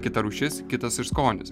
kita rūšis kitas ir skonis